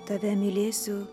tave mylėsiu